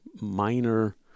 minor